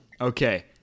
Okay